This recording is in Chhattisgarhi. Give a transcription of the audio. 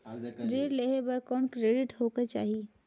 ऋण लेहे बर कौन क्रेडिट होयक चाही?